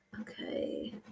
Okay